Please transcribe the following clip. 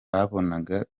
babonaga